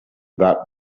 that